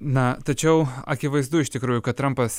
na tačiau akivaizdu iš tikrųjų kad trampas